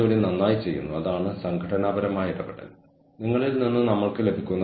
cybernetic മാതൃകയിൽ strategic human resource മാനേജ്മെന്റിന്റെ ഉത്തരവാദിത്തം